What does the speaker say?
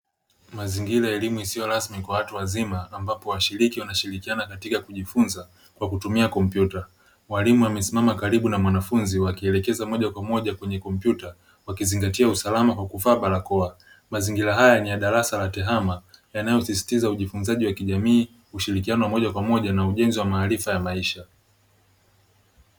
Mazingira ya elimu isiyo rasmi kwa watu wazima ambapo washiriki wanashirikiana katika kujifunza kwa kutumia kompyuta. Mwalimu amesimama karibu na mwanafunzi wakielekeza moja kwa moja kwenye kompyuta wakizingatia usalama kwa kuvaa barakoa. Mazingira haya ni ya darasa la tehama yanayosisitiza ujifunzaji wa kijamii, ushirikiano wa moja kwa moja na ujenzi wa maariiifa ya taifa.